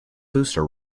booster